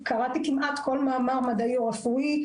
קראתי כמעט כל מאמר מדעי או רפואי,